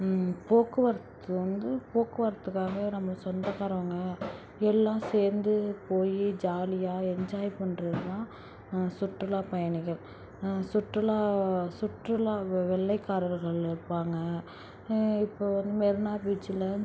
போக்குவரத்து வந்து போக்குவரத்துக்காக நம்ம சொந்தக்காரவங்கள் எல்லாம் சேர்ந்து போய் ஜாலியாக என்ஜாய் பண்ணுறது தான் சுற்றுலா பயணிகள் சுற்றுலா சுற்றுலா வெ வெள்ளைக்காரர்கள் இருப்பாங்க இப்போது வந்து மெரினா பீச்சில்